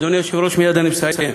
אדוני היושב-ראש, מייד אני מסיים,